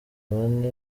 bane